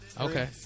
Okay